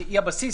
שהיא הבסיס